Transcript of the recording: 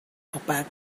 opaque